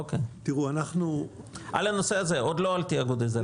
על הנושא הזה, עוד לא על תיאגוד אזורי.